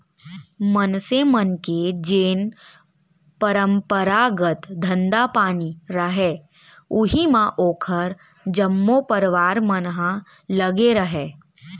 मनसे मन के जेन परपंरागत धंधा पानी रहय उही म ओखर जम्मो परवार मन ह लगे रहय